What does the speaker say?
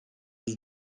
yüz